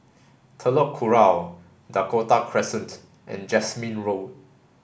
Telok Kurau Dakota Crescent and Jasmine Road